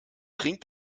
trink